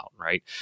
right